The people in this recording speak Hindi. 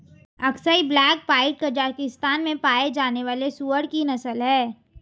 अक्साई ब्लैक पाइड कजाकिस्तान में पाया जाने वाली सूअर की नस्ल है